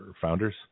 Founders